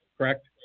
Correct